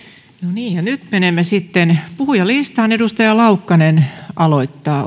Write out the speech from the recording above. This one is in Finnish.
nyt menemme sitten puhujalistaan ja edustaja laukkanen aloittaa